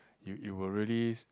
it it will really s~